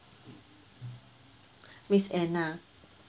miss anna